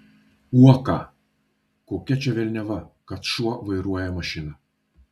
uoką kokia čia velniava kad šuo vairuoja mašiną